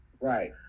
Right